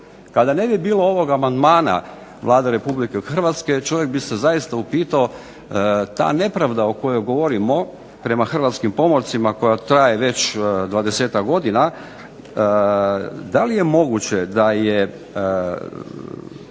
Kada ne bi bilo ovog amandmane Vlade Republike Hrvatske, čovjek bi se zaista upitao ta nepravda o kojoj govorimo prema hrvatskim pomorcima, koja traje već 20-ak godina, da li je moguće da je